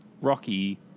Rocky